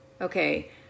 Okay